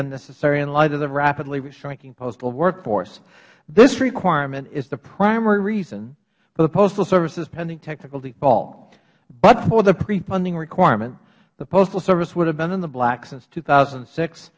unnecessary in light of the rapidly shrinking postal workforce this requirement is the primary reason for the postal services pending technical default but for the pre funding requirement the postal service would have been in the black since two thousand